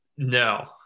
no